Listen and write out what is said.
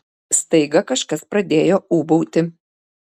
staiga kažkas pradėjo ūbauti